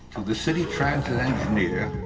to the city transit engineer,